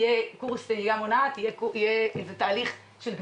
יהיה קורס נהיגה מונעת,